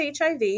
HIV